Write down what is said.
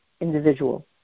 individual